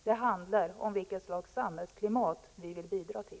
Det handlar om vilket slags samhällsklimat vi vill bidra till.